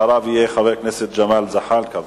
אחריו יהיה חבר הכנסת ג'מאל זחאלקה,